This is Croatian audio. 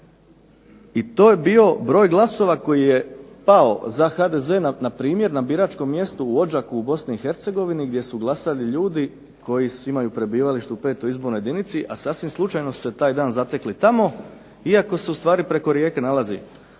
I to je bio broj glasova koji je pao za HDZ na primjer na biračkom mjestu u Odžaku u Bosni i Hercegovini gdje su glasali ljudi koji imaju prebivalište u petoj izbornoj jedinici, a sasvim slučajno su se taj dan zatekli tamo iako se u stvari preko rijeke nalazi